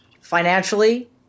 financially